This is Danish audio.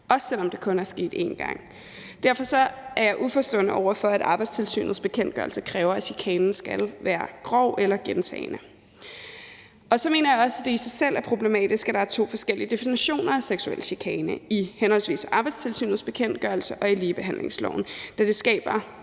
også selv om det kun er sket én gang. Derfor er jeg uforstående over for, at Arbejdstilsynets bekendtgørelse kræver, at chikanen skal være grov eller gentagen. Så mener jeg også, at det i sig selv er problematisk, at der er to forskellige definitioner af seksuel chikane i henholdsvis Arbejdstilsynets bekendtgørelse og ligebehandlingsloven, da det skaber